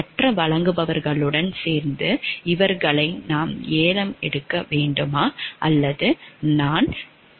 மற்ற வழங்குபவர்களுடன் சேர்ந்து இருப்பவர்களை நான் ஏலம் எடுக்க வேண்டுமா